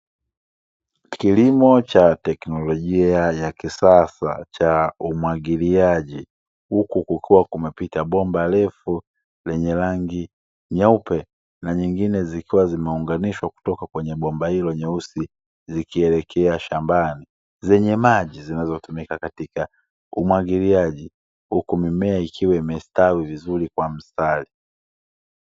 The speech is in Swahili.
Kilimo cha teknolojia ya kisasa cha umwagiliaji, huku kukiwa kumepita bomba refu lenye rangi nyeupe na zingine zikiwa zimeunganishwa kutoka kwenye bomba hilo nyeusi zikielekea shambani, zenye maji, zinazotumika katika umwagiliaji, huku mimea ikiwa imestawi vizuri kwa mstari.